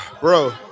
Bro